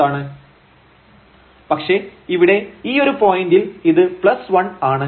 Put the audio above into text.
Along x axis lim┬x→0⁡〖fx xy〗lim┬x→0 x|x| sin⁡1|x| 2x cos1|x| ≠0 പക്ഷേ ഇവിടെ ഈ ഒരു പോയിന്റിൽ ഇത് 1 ആണ്